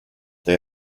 they